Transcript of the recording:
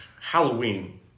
Halloween